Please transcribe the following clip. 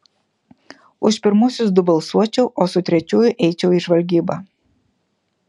už pirmuosius du balsuočiau o su trečiuoju eičiau į žvalgybą